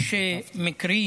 יש מקרים